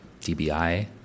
DBI